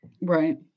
Right